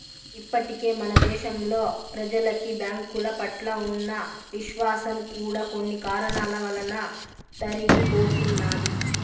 ఇప్పటికే మన దేశంలో ప్రెజలకి బ్యాంకుల పట్ల ఉన్న విశ్వాసం కూడా కొన్ని కారణాల వలన తరిగిపోతున్నది